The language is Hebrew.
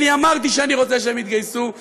אני אמרתי שאני רוצה שהם יתגייסו,